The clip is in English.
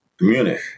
Munich